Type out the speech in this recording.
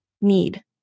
need